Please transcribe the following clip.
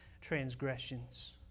transgressions